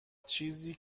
چیزی